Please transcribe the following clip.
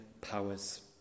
powers